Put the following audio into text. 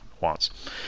wants